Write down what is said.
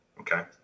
Okay